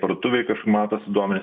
parduotuvėj kažkur matosi duomenys